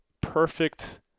perfect